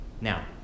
Now